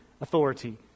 authority